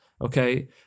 Okay